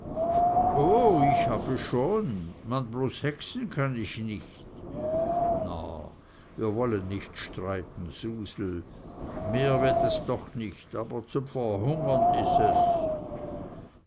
oh ich habe schon man bloß hexen kann ich nich na wir wollen nich streiten susel mehr wird es doch nich aber zum verhungern is es